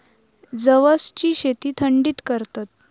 जवसची शेती थंडीत करतत